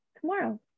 tomorrow